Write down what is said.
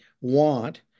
want